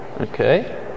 okay